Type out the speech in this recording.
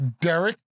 Derek